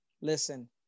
listen